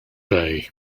bay